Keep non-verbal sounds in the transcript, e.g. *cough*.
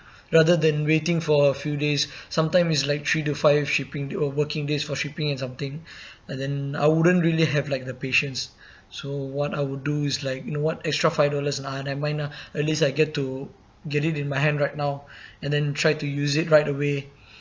*breath* rather than waiting for a few days sometimes is like three to five shipping or working days for shipping and something *breath* but then I wouldn't really have like the patience so what I would do is like you know what extra five dollars nah never mind lah at least I get to get it in my hand right now *breath* and then try to use it right away